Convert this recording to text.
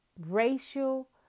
Racial